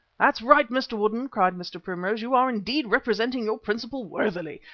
that's right, mr. woodden, cried mr. primrose, you are indeed representing your principal worthily.